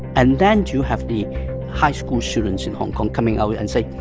and then to have the high school students in hong kong coming out and say,